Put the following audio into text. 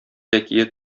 әкият